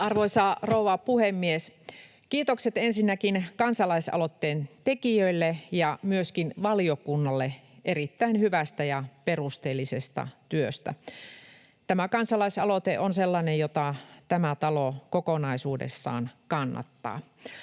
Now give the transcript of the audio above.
Arvoisa rouva puhemies! Kiitokset ensinnäkin kansalaisaloitteen tekijöille ja myöskin valiokunnalle erittäin hyvästä ja perusteellisesta työstä. Tämä kansalaisaloite on sellainen, jota tämä talo kokonaisuudessaan kannattaa.